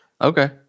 Okay